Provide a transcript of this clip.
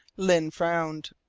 lyne frowned.